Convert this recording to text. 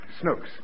Snooks